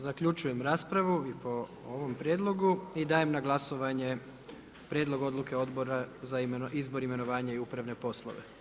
Zaključujem raspravu i po ovom prijedlogu i dajem na glasovanje prijedlog Odluke Odbora za izbor, imenovanje i upravne poslove.